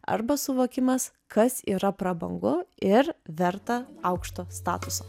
arba suvokimas kas yra prabangu ir verta aukšto statuso